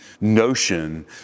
notion